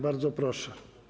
Bardzo proszę.